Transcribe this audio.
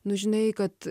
nu žinai kad